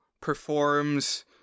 performs